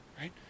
Right